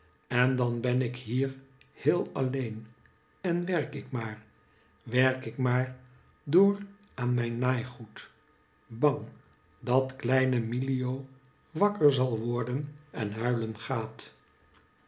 en dan ben ik hier heel alleen en werk ik maar werk ik maar door aan mijn naaigoed bang dat kleine milio wakker zal worden en huilen gaat